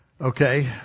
Okay